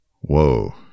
Whoa